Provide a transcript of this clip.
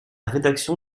rédaction